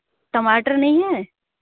टमाटर नहीं है